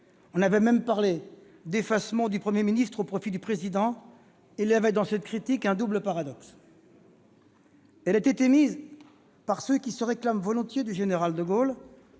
On avait même parlé d'effacement du Premier ministre au profit du Président. Il y avait dans cette critique un double paradoxe. Elle était émise par ceux qui se réclament volontiers du général de Gaulle